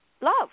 love